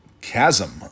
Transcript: chasm